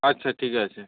আচ্ছা ঠিক আছে